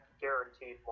guaranteed